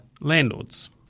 landlords